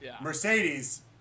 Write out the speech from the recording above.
Mercedes